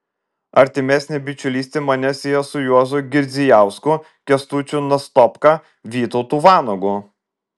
artimesnė bičiulystė mane sieja su juozu girdzijausku kęstučiu nastopka vytautu vanagu